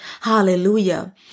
Hallelujah